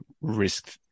risk